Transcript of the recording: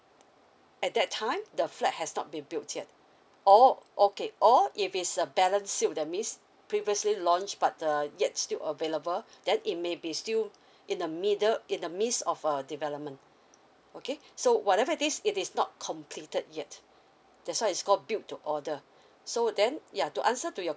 at that time the flat has not be built yet or okay or if it's a balance that means previously launch but uh yet still available then it may be still in the middle in the midst of a development okay so whatever it is it is not completed yet that's why is called build to order so then ya to answer to your